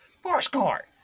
Fourscore